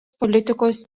politikos